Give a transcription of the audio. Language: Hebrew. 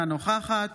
אינה נוכחת